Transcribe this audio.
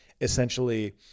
essentially